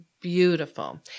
beautiful